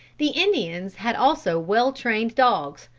the indians had also well-trained dogs,